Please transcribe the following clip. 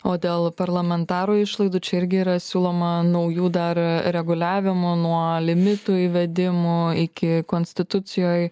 o dėl parlamentaro išlaidų čia irgi yra siūloma naujų dar reguliavimo nuo limitų įvedimų iki konstitucijoj